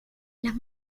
las